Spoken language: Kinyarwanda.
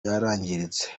yarangiritse